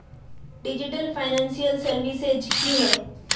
Digital financial services की होय?